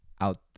out